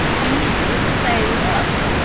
and he seemed to say, look.